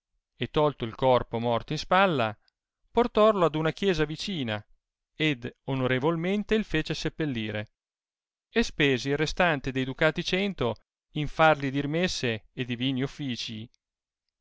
e tolto il corpo morto in spalla portollo ad una chiesa vicina ed onorevolmente il fece sepelire e spese il restante dei du cati cento in tarli dir messe e divini officii